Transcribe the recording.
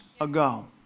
ago